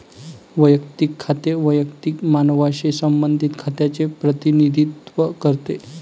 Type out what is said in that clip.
वैयक्तिक खाते वैयक्तिक मानवांशी संबंधित खात्यांचे प्रतिनिधित्व करते